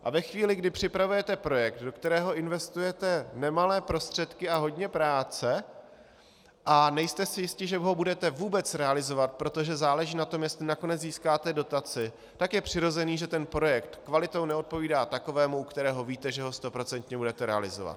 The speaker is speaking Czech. A ve chvíli, kdy připravujete projekt, do kterého investujete nemalé prostředky a hodně práce, a nejste si jisti, že ho budete vůbec realizovat, protože záleží na tom, jestli nakonec získáte dotaci, tak je přirozené, že ten projekt kvalitou neodpovídá takovému, u kterého víte, že ho stoprocentně budete realizovat.